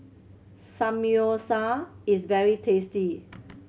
samgyeopsal is very tasty